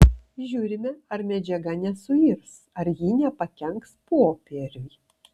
žiūrime ar medžiaga nesuirs ar ji nepakenks popieriui